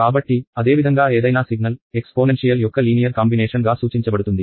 కాబట్టి అదేవిధంగా ఏదైనా సిగ్నల్ ఎక్స్పోనెన్షియల్ యొక్క సరళ కలయికగా సూచించబడుతుంది